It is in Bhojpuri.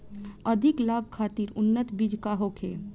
अधिक लाभ खातिर उन्नत बीज का होखे?